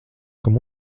kam